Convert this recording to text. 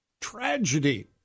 tragedy